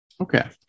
Okay